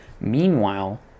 Meanwhile